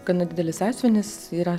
kad nedidelis sąsiuvinis yra